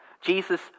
Jesus